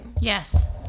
Yes